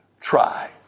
try